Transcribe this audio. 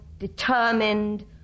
determined